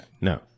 No